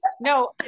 No